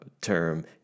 term